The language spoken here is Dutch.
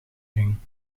ging